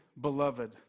beloved